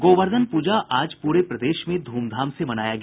गोवर्धन पूजा आज पूरे प्रदेश में ध्रमधाम से मनाया गया